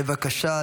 בבקשה.